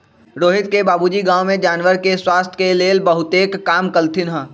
रोहित के बाबूजी गांव में जानवर के स्वास्थ के लेल बहुतेक काम कलथिन ह